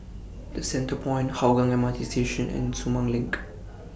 The Centrepoint Hougang M R T Station and Sumang LINK